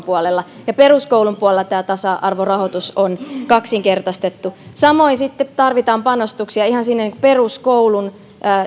puolella ja peruskoulun puolella tämä tasa arvorahoitus on kaksinkertaistettu samoin tarvitaan panostuksia ihan sinne peruskoulun